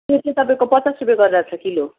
त्यो चाहिँ तपाईँको पचास रुपियाँ गरेर छ किलो